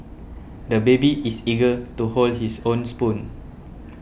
the baby is eager to hold his own spoon